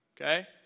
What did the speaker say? okay